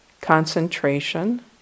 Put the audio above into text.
concentration